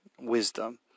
wisdom